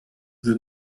the